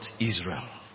Israel